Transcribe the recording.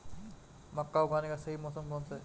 मक्का उगाने का सही मौसम कौनसा है?